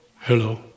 hello